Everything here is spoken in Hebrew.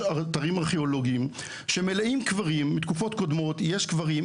יש אתרים ארכיאולוגיים שמלאים קברים מתקופות קודמות יש קברים,